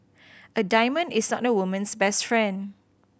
a diamond is not a woman's best friend